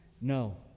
No